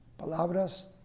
Palabras